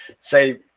say